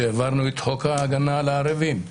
שהעברנו את חוק ההגנה על הערבים.